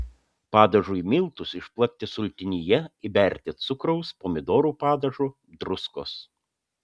padažui miltus išplakti sultinyje įberti cukraus pomidorų padažo druskos